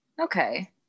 Okay